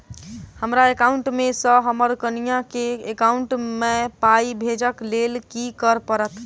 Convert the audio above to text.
हमरा एकाउंट मे सऽ हम्मर कनिया केँ एकाउंट मै पाई भेजइ लेल की करऽ पड़त?